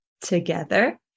together